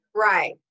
Right